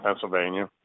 Pennsylvania